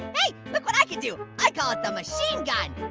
hey, look what i can do. i call it the machine gun.